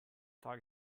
tag